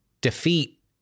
defeat